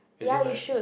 is it night eh